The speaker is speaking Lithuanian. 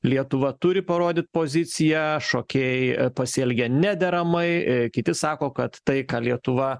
lietuva turi parodyt poziciją šokėjai pasielgia nederamai kiti sako kad tai ką lietuva